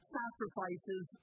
sacrifices